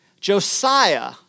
Josiah